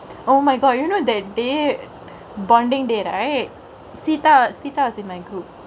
oh my god you know they'd they bondingk did I see thoughts the thousand who